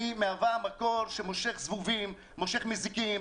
והיא מהווה מקור שמושך זבובים ומושך מזיקים.